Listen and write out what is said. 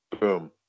Boom